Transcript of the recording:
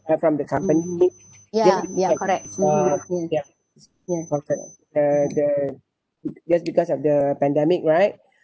uh from the company uh the the just because of the pandemic right